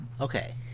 Okay